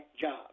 job